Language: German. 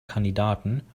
kandidaten